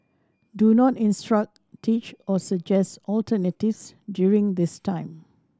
do not instruct teach or suggest alternatives during this time